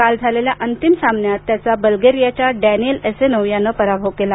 काल झालेल्या अंतिम सामन्यात त्याचा बल्गेरियाच्या डॅनिएल असेनोव्ह यानं पराभव केला